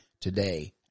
today